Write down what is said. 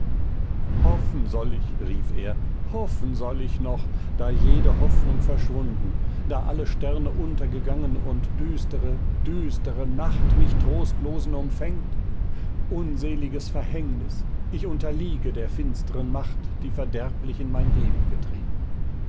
hoffen soll ich rief er hoffen soll ich noch da jede hoffnung verschwunden da alle sterne untergegangen und düstere düstere nacht mich trostlosen umfängt unseliges verhängnis ich unterliege der finstren macht die verderblich in mein leben getreten